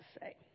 say